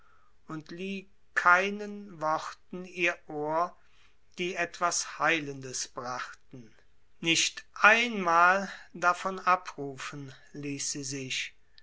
und lieh keinen worten ihr ohr die etwas heilendes brachten nicht einmal davon abrufen ließ sie sich